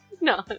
No